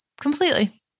Completely